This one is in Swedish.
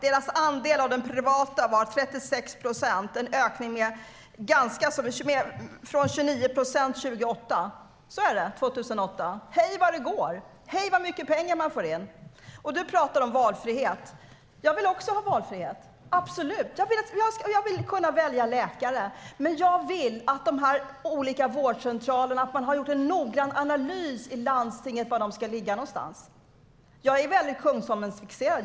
Deras andel inom det privata var 36 procent, en ökning från 29 procent 2008. Hej vad det går! Hej vad mycket pengar man får in! Du talar om valfrihet. Jag vill också ha valfrihet, absolut. Jag vill kunna välja läkare. Men jag vill att man i landstinget ska göra en noggrann analys av var de olika vårdcentralerna ska ligga. Jag är mycket fixerad vid Kungsholmen.